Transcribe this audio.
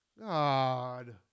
God